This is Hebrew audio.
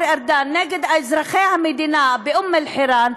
ומהשר ארדן נגד אזרחי המדינה באום-אלחיראן,